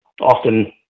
often